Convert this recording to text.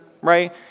right